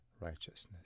righteousness